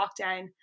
lockdown